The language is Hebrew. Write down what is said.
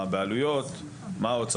שיהיה לכם תמונה כדי שנעשה באמת את